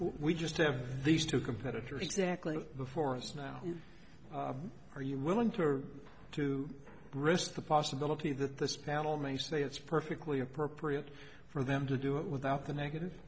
we just have these two competitors exactly before us now or you will incur to risk the possibility that this panel may say it's perfectly appropriate for them to do it without the negative